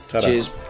Cheers